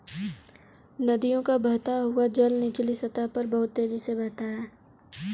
नदियों का बहता हुआ जल निचली सतह पर बहुत तेजी से बहता है